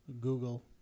google